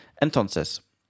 entonces